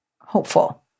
hopeful